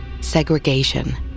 Segregation